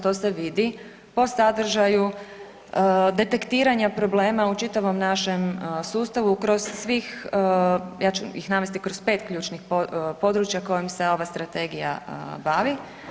To se vidi po sadržaju detektiranja problema u čitavom našem sustavu kroz svih ja ću ih navesti kroz 5 ključnih područja kojom se ova strategija bavi.